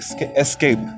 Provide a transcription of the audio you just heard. escape